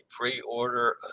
pre-order